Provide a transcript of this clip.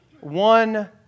one